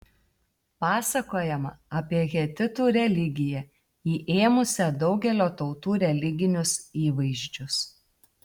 pasakojama apie hetitų religiją įėmusią daugelio tautų religinius įvaizdžius